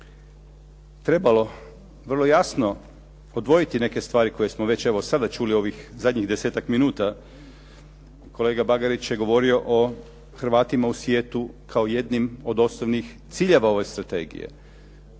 trebalo vrlo jasno odvojiti neke stvari koje smo već evo sada čuli ovih zadnjih desetak minuta. Kolega Bagarić je govorio o Hrvatima u svijetu kao jednim od osnovnih ciljeva ove strategije.